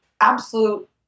absolute